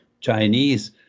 Chinese